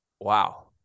Wow